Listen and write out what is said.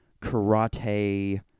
karate